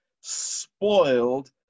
spoiled